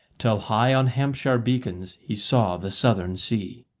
till high on hampshire beacons he saw the southern sea.